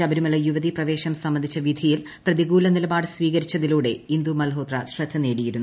ശബരിമല യുവതീ പ്രവേശം സംബന്ധിച്ച വിധിയിൽ പ്രതികൂല നിലപാട് സ്വീകരിച്ചതിലൂടെ ഇന്ദു മൽഹോത്ര ശ്രദ്ധ നേടിയിരുന്നു